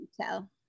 Tell